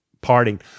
parting